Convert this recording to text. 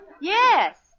Yes